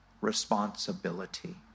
responsibility